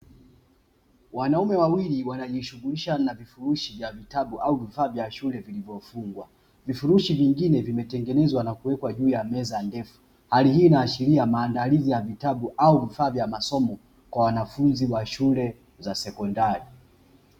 Wanaume wawili wanajishughulisha na vifurushi vya vitabu au vifaa vya shule vilivyofungwa, vifurushi vingine vimetengenezwa na kuwekwa juu ya meza ndefu. Hali hii inaashiria maandalizi ya vitabu au vifaa vya masomo kwa wanafunzi wa shule za sekondari.